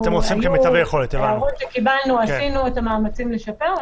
היו הערות שקיבלנו, עשינו את המאמצים לשפר.